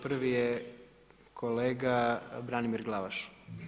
Prvi je kolega Branimir Glavaš.